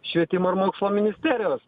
švietimo ir mokslo ministerijos